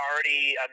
already